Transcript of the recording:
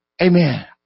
Amen